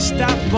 Stop